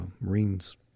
Marines